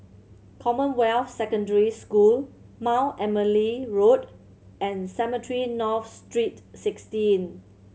Commonwealth Secondary School Mount Emily Road and Cemetry North Street Sixteen